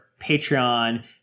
Patreon